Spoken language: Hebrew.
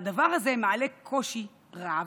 הדבר הזה מעלה קושי רב.